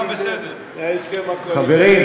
חברים,